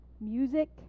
music